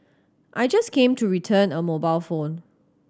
I just came to return a mobile phone